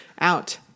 out